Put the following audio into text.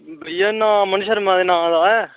भैया में अमन शर्मा दे नां दा ऐ